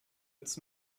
its